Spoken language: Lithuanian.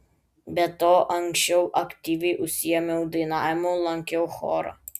be to anksčiau aktyviai užsiėmiau dainavimu lankiau chorą